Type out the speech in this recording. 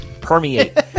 permeate